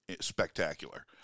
spectacular